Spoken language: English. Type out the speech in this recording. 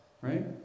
right